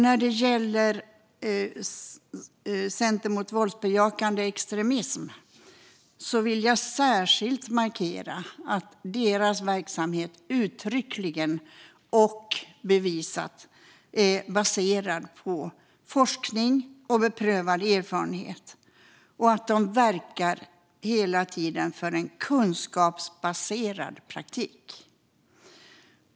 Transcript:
När det gäller Center mot våldsbejakande extremism vill jag särskilt markera att deras verksamhet uttryckligen och bevisat är baserad på forskning och beprövad erfarenhet och att de hela tiden verkar för en kunskapsbaserad praktik.